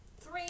three